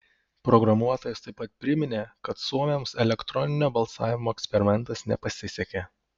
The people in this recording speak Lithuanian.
programuotojas taip pat priminė kad suomiams elektroninio balsavimo eksperimentas nepasisekė